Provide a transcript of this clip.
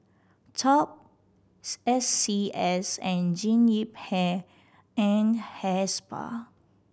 Top S C S and Jean Yip Hair and Hair Spa